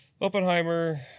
Oppenheimer